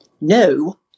no